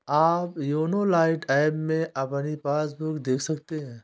आप YONO lite app में अपनी पासबुक देख सकते हैं